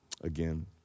again